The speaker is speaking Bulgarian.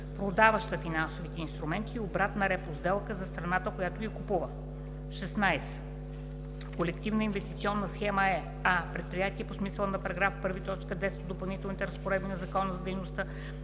продаваща финансовите инструменти, и „обратна репо сделка” за страната, която ги купува. 16. „Колективна инвестиционна схема“ е: а) предприятие по смисъла на § 1, т. 10 от допълнителните разпоредби на Закона за дейността